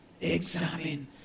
Examine